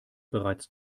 bereits